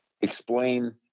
explain